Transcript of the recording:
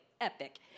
epic